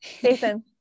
Jason